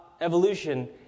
evolution